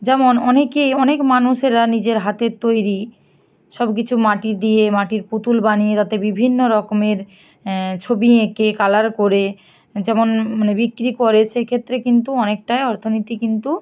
যেমন অনেকেই অনেক মানুষেরা নিজের হাতের তৈরি সব কিছু মাটি দিয়ে মাটির পুতুল বানিয়ে তাতে বিভিন্ন রকমের ছবি এঁকে কালার করে যেমন মানে বিক্রি করে সেই ক্ষেত্রে কিন্তু অনেকটা অর্থনীতি কিন্তু